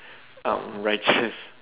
out righteous